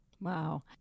Wow